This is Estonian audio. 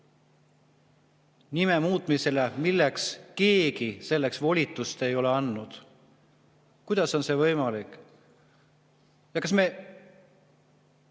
nime muutmiseks, milleks keegi volitust ei ole andnud. Kuidas on see võimalik? Kas meie